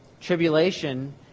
tribulation